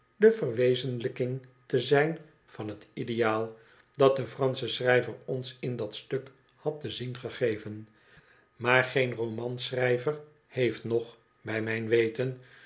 de verwezenlijking te zijn van het ideaal dat de franschc schrijver ons in dat stuk had te zien gegeven maar geen romanschrijver heeft nog bij mijn weten